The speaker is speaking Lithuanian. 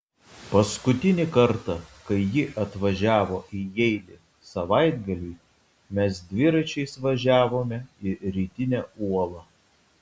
paskutinį kartą kai ji atvažiavo į jeilį savaitgaliui mes dviračiais važiavome į rytinę uolą